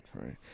Right